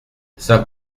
saint